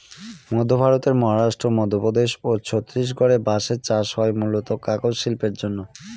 মধ্য ভারতের মহারাষ্ট্র, মধ্যপ্রদেশ ও ছত্তিশগড়ে বাঁশের চাষ হয় মূলতঃ কাগজ শিল্পের জন্যে